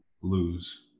lose